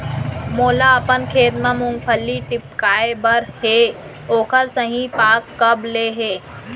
मोला अपन खेत म मूंगफली टिपकाय बर हे ओखर सही पाग कब ले हे?